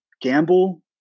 gamble